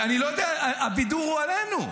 אני לא יודע, הבידור הוא עלינו.